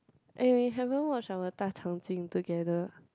eh haven't watch our Da Chang Jin together